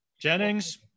Jennings